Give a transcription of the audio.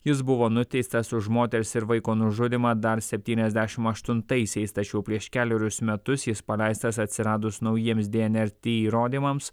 jis buvo nuteistas už moters ir vaiko nužudymą dar septyniasdešimt aštuntaisiais tačiau prieš kelerius metus jis paleistas atsiradus naujiems die ner ti įrodymams